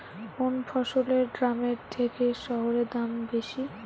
কোন ফসলের গ্রামের থেকে শহরে দাম বেশি?